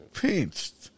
pinched